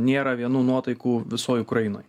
nėra vienų nuotaikų visoj ukrainoj